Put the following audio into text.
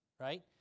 right